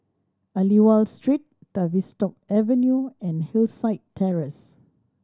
Aliwal Street Tavistock Avenue and Hillside Terrace